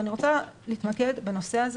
אני רוצה להתמקד בנושא של